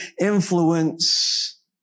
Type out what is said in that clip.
influence